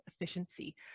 efficiency